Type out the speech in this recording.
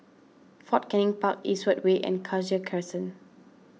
Fort Canning Park Eastwood Way and Cassia Crescent